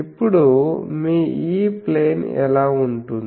ఇప్పుడు మీ E plane ఎలా ఉంటుంది